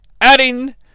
Adding